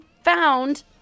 found